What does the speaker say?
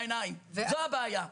זו הבעיה.